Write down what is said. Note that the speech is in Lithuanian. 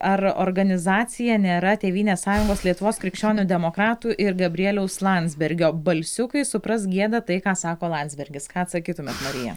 ar organizacija nėra tėvynės sąjungos lietuvos krikščionių demokratų ir gabrieliaus landsbergio balsiukai supras gieda tai ką sako landsbergis ką atsakytumėt marija